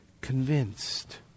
convinced